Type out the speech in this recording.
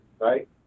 right